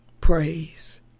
praise